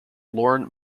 lorne